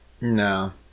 No